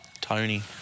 Tony